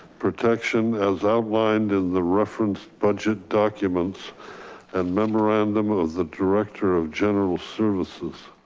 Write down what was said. protection as outlined in the reference budget documents and memorandum of the director of general services.